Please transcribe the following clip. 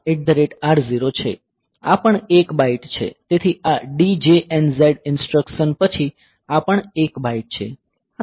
આ પણ 1 બાઇટ છે તેથી આ DJNZ ઇન્સટ્રકસન પછી આ પણ 1 બાઇટ છે